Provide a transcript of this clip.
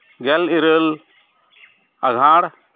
ᱜᱮᱞ ᱤᱨᱟᱹᱞ ᱟᱸᱜᱷᱟᱬ